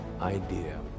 idea